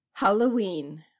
Halloween